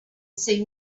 seemed